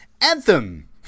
Anthem